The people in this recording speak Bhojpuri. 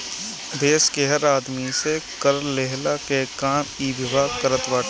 देस के हर आदमी से कर लेहला के काम इ विभाग करत बाटे